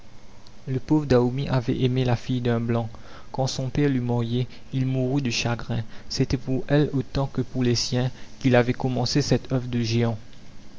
le pauvre daoumi avait aimé la fille d'un blanc quand son père l'eut mariée il mourut de chagrin c'était pour elle autant que pour les siens qu'il avait commencé cette œuvre de géant